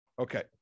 okay